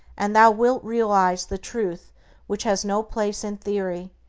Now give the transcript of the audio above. and thou wilt realize the truth which has no place in theory,